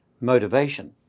motivation